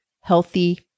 healthy